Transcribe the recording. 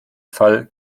fall